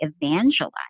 evangelize